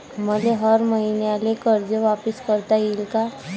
मले हर मईन्याले कर्ज वापिस करता येईन का?